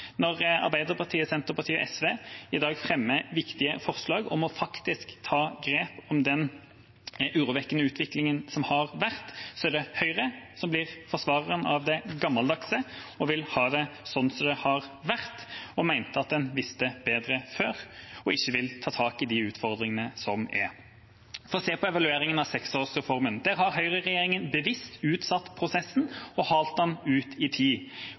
Når Arbeiderpartiet, Senterpartiet og SV i dag fremmer viktige forslag om faktisk å ta grep om den urovekkende utviklingen som har vært, er det Høyre som blir forsvareren av det gammeldagse og vil ha det sånn som det har vært, og mener at en visste bedre før og ikke vil ta tak i de utfordringene som er. For å se på evalueringen av seksårsreformen: Der har høyreregjeringa bevisst utsatt prosessen og halt den ut i tid.